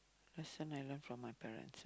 lesson I learn from my parents